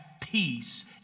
peace